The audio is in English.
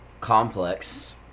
Complex